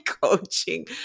coaching